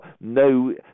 no